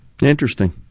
Interesting